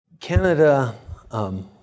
Canada